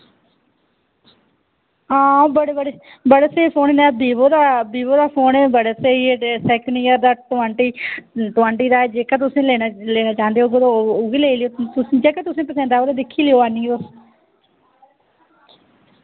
हां बड़े बड़े बड़े स्हेई फोन इ'यां विवो दा विवो दा फोन बी बड़े स्हेई ऐ सैकन ईयर दा टवंटी टवंटी दा ऐ जेह्का तुसें लेना लेना चांह्दे ओह् कुतै ओह् उ'ऐ लेई लैेओ जेह्का तुसें पसंद औग ते दिक्खी लैएओ आह्नियै तुस